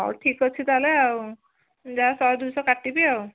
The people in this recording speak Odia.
ହଉ ଠିକ୍ଅଛି ତାହେଲେ ଆଉ ଯାହା ଶହେ ଦୁଇଶହ କାଟିବି ଆଉ